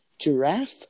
giraffe